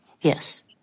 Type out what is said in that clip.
Yes